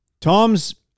Tom's